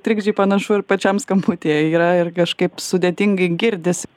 trikdžiai panašu ir pačiam skambutyje yra ir kažkaip sudėtingai girdisi